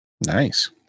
Nice